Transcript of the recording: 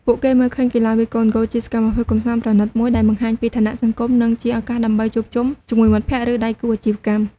ពួកគេមើលឃើញកីឡាវាយកូនហ្គោលជាសកម្មភាពកម្សាន្តប្រណីតមួយ ដែលបង្ហាញពីឋានៈសង្គម និងជាឱកាសដើម្បីជួបជុំជាមួយមិត្តភក្ដិ ឬដៃគូអាជីវកម្ម។